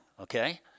Okay